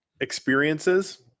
experiences